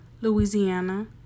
Louisiana